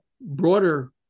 broader